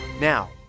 Now